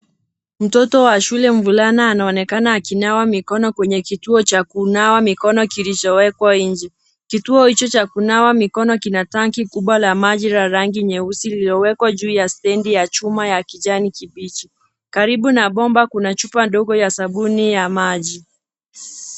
Mtoto wa shule mvulana, anaonekana akinawa Mikono kwenye kituo cha kunawa mikono kilichowekwa nje. Kituo hicho cha kunawa mikono kina tangi kubwa la rangi nyeusi lililowekwa juu ya standi ya chuma ya kijani kibichi. Karibu na bomba kuna chupa ndogo ya sabuni ya maji.